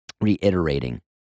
reiterating